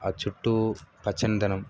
ఆ చుట్టూ పచ్చనిదనం